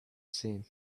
seen